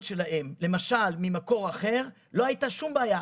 שלהן למשל ממקור אחר לא הייתה שום בעיה.